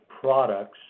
products